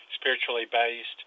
spiritually-based